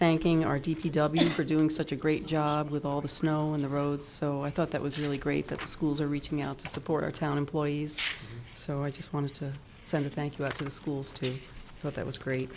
thanking our d p w for doing such a great job with all the snow in the road so i thought that was really great that schools are reaching out to support our town employees so i just wanted to send a thank you back to the schools today but that was great